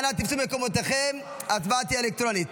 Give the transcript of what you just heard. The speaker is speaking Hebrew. אנא תפסו את מקומותיכם, ההצבעה תהיה אלקטרונית.